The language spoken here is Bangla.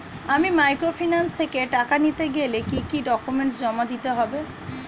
আমি মাইক্রোফিন্যান্স থেকে টাকা নিতে গেলে কি কি ডকুমেন্টস জমা দিতে হবে?